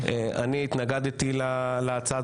אני התנגדתי להצעה.